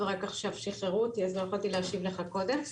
ורק עכשיו שחררו אותי ולא יכולתי להשיב לך קודם.